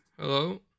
Hello